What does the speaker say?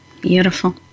Beautiful